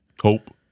hope